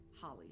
Holly